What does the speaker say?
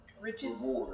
riches